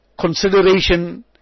consideration